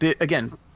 again